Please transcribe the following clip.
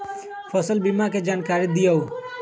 फसल बीमा के जानकारी दिअऊ?